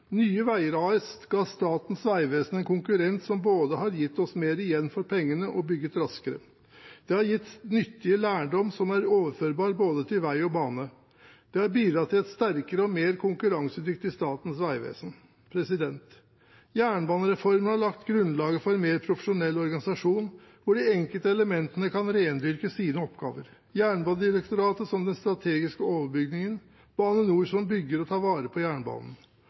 Nye Veier AS ga Statens vegvesen en konkurrent som har både gitt oss mer igjen for pengene og bygget raskere. Det har gitt nyttig lærdom som er overførbar til både veg og bane. Det har bidratt til et sterkere og mer konkurransedyktig Statens vegvesen. Jernbanereformen har lagt grunnlaget for en mer profesjonell organisasjon hvor de enkelte elementene kan rendyrke sine oppgaver, med Jernbanedirektoratet som den strategiske overbygningen og Bane NOR som bygger og tar vare på jernbanen.